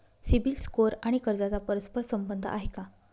CIBIL score आणि कर्जाचा परस्पर संबंध आहे का?